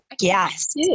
Yes